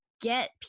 get